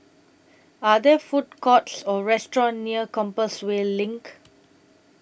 Are There Food Courts Or restaurants near Compassvale LINK